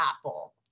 apple